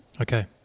Okay